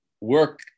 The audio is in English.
work